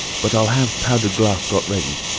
but i'll have powdered glass got ready.